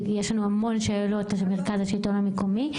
יש לנו המון שאלות למרכז השלטון המקומי,